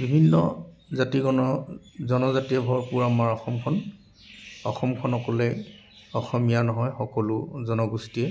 বিভিন্ন জাতি গন জনজাতীয় ভৰপূৰ আমাৰ অসমখন অসমখন অকলে অসমীয়া নহয় সকলো জনগোষ্ঠীয়ে